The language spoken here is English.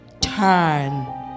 turn